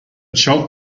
child